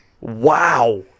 wow